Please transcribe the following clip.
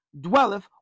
dwelleth